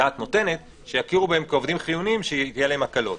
הדעת נותנת שיכירו בהם כעובדים חיוניים שיהיו להם הקלות.